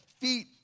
feet